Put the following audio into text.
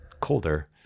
colder